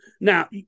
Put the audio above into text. Now